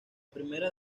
primera